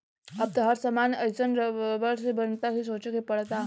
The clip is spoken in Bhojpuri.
अब त हर सामान एइसन रबड़ से बनता कि सोचे के पड़ता